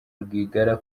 rwigara